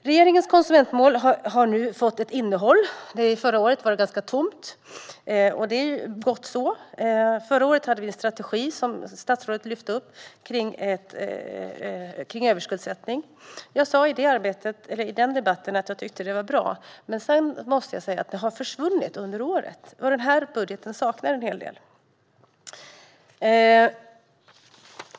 Regeringens konsumentmål har nu fått ett innehåll - förra året var det ganska tomt - och det är gott så. Men förra året fanns det en strategi kring överskuldsättning som statsrådet lyfte fram. Jag sa i den debatten att jag tyckte att det var bra, men nu måste jag säga att detta har försvunnit under året. Den här budgeten saknar en hel del.